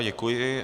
Děkuji.